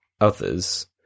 others